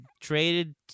traded